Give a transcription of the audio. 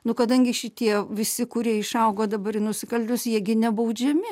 nu kadangi šitie visi kurie išaugo dabar į nusikaltėlius jie gi nebaudžiami